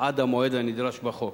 עד המועד הנדרש בחוק,